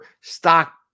stock